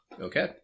Okay